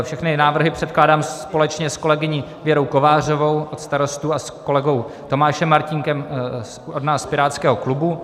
Všechny návrhy předkládám společně s kolegyní Věrou Kovářovou od Starostů a s kolegou Tomášem Martínkem od nás z pirátského klubu.